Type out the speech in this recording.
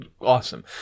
awesome